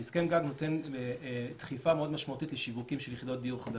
כי הסכם גג נותן דחיפה משמעותית מאוד לשיווקים של יחידות דיור חדשות.